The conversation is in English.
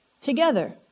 together